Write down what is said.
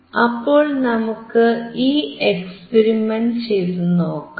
അപ്പോൾ നമുക്ക് ഈ എക്സ്പെരിമെന്റ് ചെയ്തുനോക്കാം